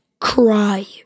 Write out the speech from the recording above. cry